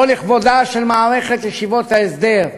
לא לכבודה של מערכת ישיבות ההסדר.